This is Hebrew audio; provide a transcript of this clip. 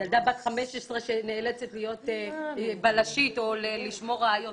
ילדה בת 15 שנאלצת להיות בלשית או לשמור ראיות.